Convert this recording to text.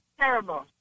terrible